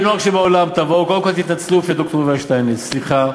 בנוהג שבעולם תבואו וקודם כול תתנצלו בפני ד"ר יובל שטייניץ: סליחה,